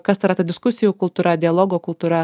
kas ta yra ta diskusijų kultūra dialogo kultūra